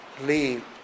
leave